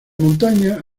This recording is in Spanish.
montaña